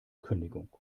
kündigung